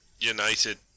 United